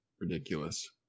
ridiculous